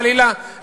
חלילה,